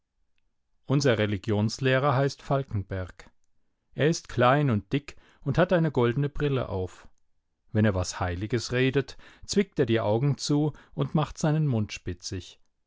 unser religionslehrer heißt falkenberg er ist klein und dick und hat eine goldene brille auf wenn er was heiliges redet zwickt er die augen zu und macht seinen mund spitzig